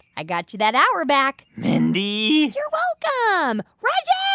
i got you that hour back mindy. you're welcome. um reggie yeah